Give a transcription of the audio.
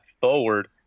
forward